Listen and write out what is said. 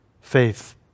faith